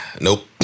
Nope